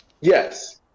Yes